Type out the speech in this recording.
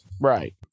Right